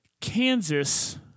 Kansas